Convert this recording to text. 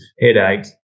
headache